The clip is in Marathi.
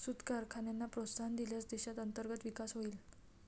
सूत कारखान्यांना प्रोत्साहन दिल्यास देशात अंतर्गत विकास होईल